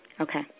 Okay